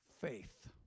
faith